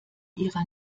ihrer